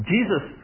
Jesus